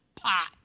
pot